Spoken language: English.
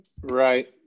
Right